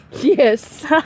Yes